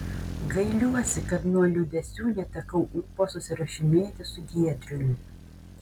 gailiuosi kad nuo liūdesių netekau ūpo susirašinėti su giedriumi